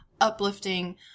uplifting